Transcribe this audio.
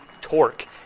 torque